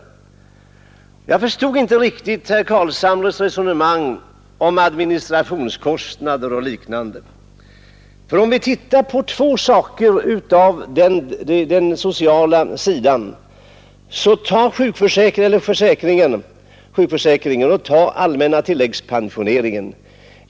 Jag förstod inte riktigt herr Carlshamres resonemang om administrationskostnader och liknande. Låt oss titta på två saker: sjukförsäkringen och allmänna tilläggspensioneringen.